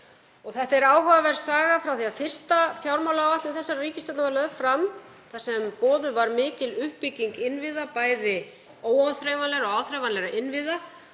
Það er áhugaverð saga frá því að fyrsta fjármálaáætlun þessarar ríkisstjórnar var lögð fram þar sem boðuð var mikil uppbygging innviða, bæði óáþreifanlegra og áþreifanlegra innviða.